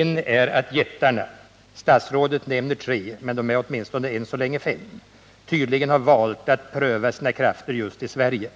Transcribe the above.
En är att jättarna — statsrådet nämner tre, men de är åtminstone än så länge fem — tydligen har valt att pröva sina krafter just i Sverige.